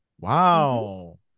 Wow